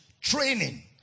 training